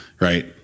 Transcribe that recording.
right